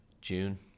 June